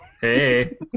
Hey